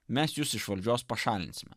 mes jus iš valdžios pašalinsime